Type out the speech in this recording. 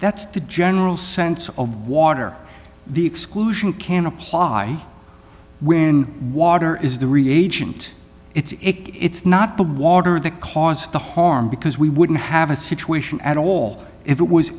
that's the general sense of water the exclusion can apply when water is the regent it's it's not the water that caused the harm because we wouldn't have a situation at all if it was